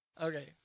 Okay